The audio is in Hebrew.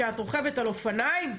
שאת רוכבת על אופניים חשמליים,